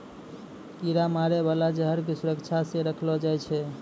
कीरा मारै बाला जहर क सुरक्षा सँ रखलो जाय छै